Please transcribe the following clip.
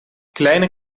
kleine